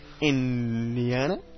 Indiana